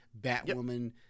Batwoman